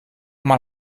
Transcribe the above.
mal